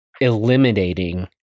eliminating